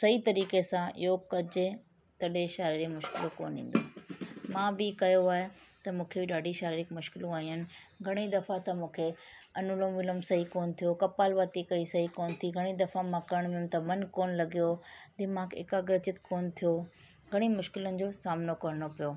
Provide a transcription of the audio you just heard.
सही तरीक़े सां योग कजे कॾहिं शारिरीक मुश्किलूं कोन ईंदियूं मां बि कयो आहे त मूंखे बि ॾाढी शारिरीक मुश्किलूं आहिनि घणेई दफ़ा त मूंखे अनुलोम विलोम सही कोन थियो कपाल भाती कई सही कोन थी घणेई दफ़ा मां करणु वियमि त मनु कोन लॻियो दिमाग़ एकाग्रजित कोन थियो घणेई मुश्किलनि जो सामिनो करिणो पियो